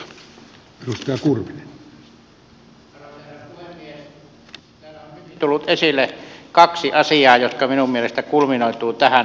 täällä on hyvin tullut esille kaksi asiaa jotka minun mielestäni kulminoituvat tähän lakiesitykseen